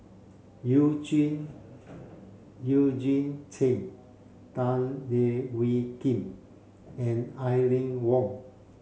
Eugene Eugene Chen Tan Leo Wee Hin and Aline Wong